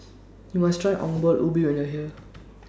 YOU must Try Ongol Ubi when YOU Are here